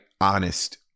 honest